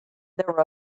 were